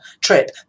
trip